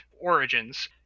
origins